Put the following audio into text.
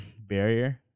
barrier